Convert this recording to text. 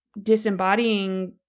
disembodying